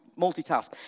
multitask